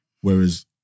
Whereas